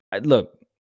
look